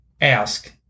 Ask